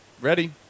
Ready